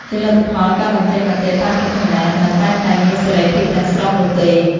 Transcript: ជាលទ្ធផល ការបញ្ចេញមតិតាមអ៊ីនធឺណិតមិនតែងតែមានសេរីភាពទាំងស្រុងនោះទេ។